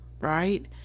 Right